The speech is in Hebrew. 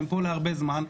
שהם פה להרבה זמן.